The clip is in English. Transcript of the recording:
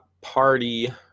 Party